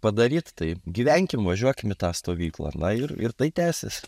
padaryt tai gyvenkim važiuokim į tą stovyklą ir ir tai tęsias